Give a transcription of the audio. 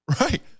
Right